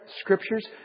scriptures